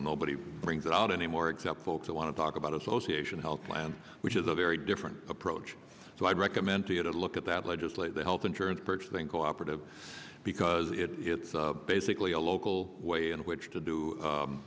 nobody brings it out anymore except folks who want to talk about association health plan which is a very different approach so i'd recommend to you to look at that legislate the health insurance purchasing cooperative because it's basically a local way in which to do